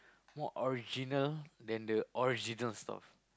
more original than the original stuff